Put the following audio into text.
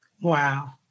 Wow